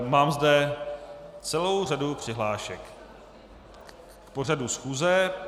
Mám zde celou řadu přihlášek k pořadu schůze.